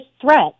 threat